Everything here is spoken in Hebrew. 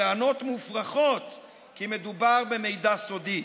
בטענות מופרכות כי מדובר במידע סודי.